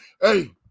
hey